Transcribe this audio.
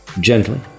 Gently